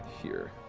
here.